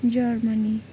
Germany